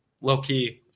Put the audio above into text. low-key